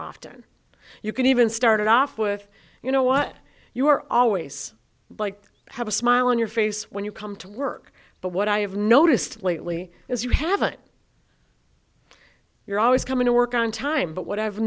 often you can even started off with you know what you were always like have a smile on your face when you come to work but what i have noticed lately is you haven't you're always coming to work on time but what i've